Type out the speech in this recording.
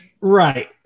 Right